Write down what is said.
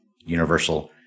Universal